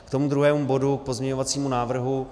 K tomu druhému bodu, k pozměňovacímu návrhu.